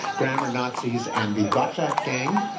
grammar nazis, and the gotcha gang,